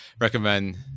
recommend